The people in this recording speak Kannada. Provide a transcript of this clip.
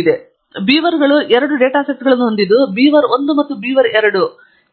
ಆದ್ದರಿಂದ ಈ ಬೀವರ್ಗಳು ಎರಡು ಡೇಟಾ ಸೆಟ್ಗಳನ್ನು ಹೊಂದಿದ್ದು ಬೀವರ್ 1 ಮತ್ತು ಬೀವರ್ 2